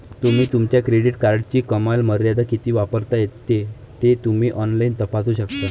तुम्ही तुमच्या क्रेडिट कार्डची कमाल मर्यादा किती वापरता ते तुम्ही ऑनलाइन तपासू शकता